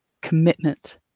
commitment